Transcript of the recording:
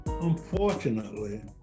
Unfortunately